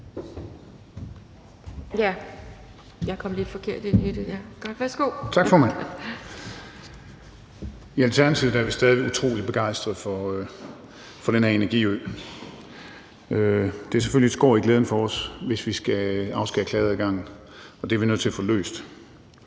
Kl. 11:36 (Ordfører) Torsten Gejl (ALT): Tak, formand. I Alternativet er vi stadig utrolig begejstret for den her energiø. Det er selvfølgelig et skår i glæden for os, hvis vi skal afskære klageadgangen, og det er vi nødt til at få løst,